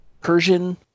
Persian